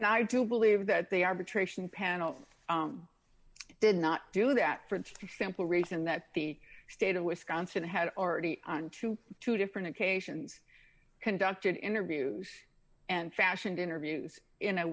and i do believe that they arbitration panel did not do that for the simple reason that the state of wisconsin had already on to two different occasions conducted interviews and fashioned interviews in a